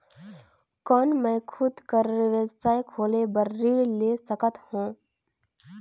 कौन मैं खुद कर व्यवसाय खोले बर ऋण ले सकत हो?